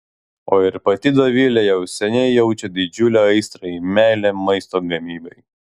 o ir pati dovilė jau seniai jaučia didžiulę aistrą ir meilę maisto gamybai